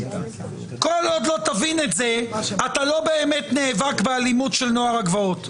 כל עוד לא תבין את זה אתה לא באמת נאבק באלימות של נוער הגבעות,